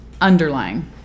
underlying